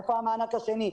איפה המענק השני,